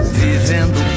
vivendo